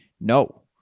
No